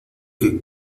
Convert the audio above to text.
que